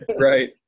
Right